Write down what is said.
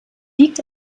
liegt